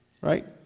Right